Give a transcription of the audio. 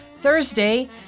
Thursday